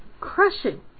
crushing